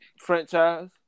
franchise